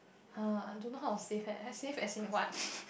[huh] I don't know how to save eh I save as in what